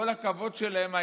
כל הכבוד שלהם,